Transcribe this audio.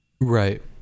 Right